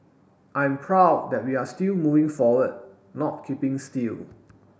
I'm proud that we are still moving forward not keeping still